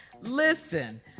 Listen